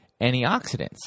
antioxidants